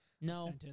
No